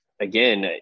again